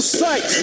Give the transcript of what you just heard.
sight